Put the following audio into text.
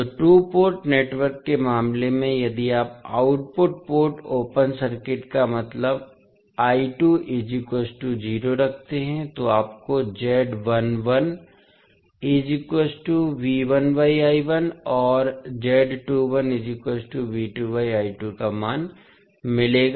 तो 2 port network के मामले में यदि आप आउटपुट पोर्ट ओपन सर्किट का मतलब रखते हैं तो आपको और का मान मिलेगा